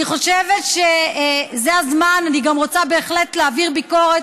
אני חושבת שזה הזמן אני גם רוצה בהחלט להעביר ביקורת